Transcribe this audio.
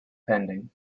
pending